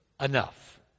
enough